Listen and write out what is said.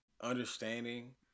understanding